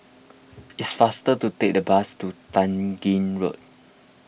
it's faster to take the bus to Tai Gin Road